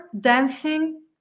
dancing